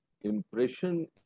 impression